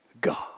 God